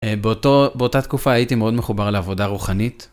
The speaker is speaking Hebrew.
באותה תקופה הייתי מאוד מחובר לעבודה רוחנית.